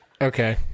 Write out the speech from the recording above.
okay